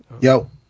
Yo